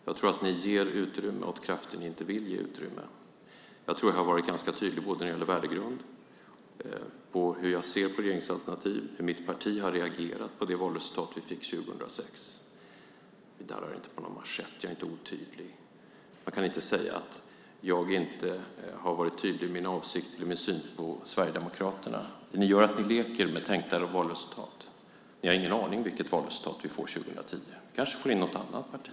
Jag tror att ni ger utrymme åt krafter ni inte vill ge utrymme åt. Jag har varit ganska tydlig när det gäller värdegrunden, hur jag ser på regeringsalternativ och hur mitt parti har reagerat på det valresultat vi fick 2006. Vi darrar inte på någon manschett. Jag är inte otydlig. Jag kan inte säga att jag inte har varit tydlig med min avsikt eller i min syn på Sverigedemokraterna. Det ni gör är att ni leker med tänkta valresultat. Ni har ingen aning om vilket valresultat vi får 2010. Vi kanske får in något annat parti.